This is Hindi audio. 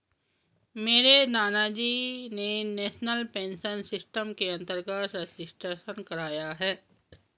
मेरे नानाजी ने नेशनल पेंशन सिस्टम के अंतर्गत रजिस्ट्रेशन कराया है